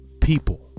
people